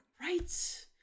right